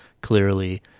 clearly